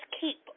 keep